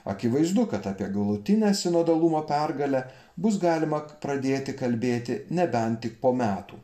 akivaizdu kad apie galutinę sinodalumo pergalę bus galima pradėti kalbėti nebent tik po metų